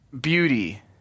beauty